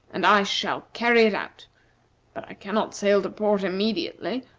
and i shall carry it out but i cannot sail to port immediately.